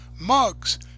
mugs